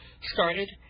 started